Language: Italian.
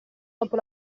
dopo